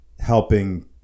helping